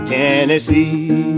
Tennessee